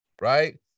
Right